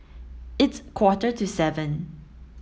its quarter to seven